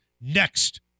Next